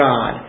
God